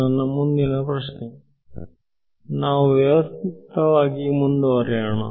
ನಾವು ವ್ಯವಸ್ಥಿತವಾಗಿ ಮುಂದುವರಿಯೋಣ